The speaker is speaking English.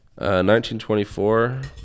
1924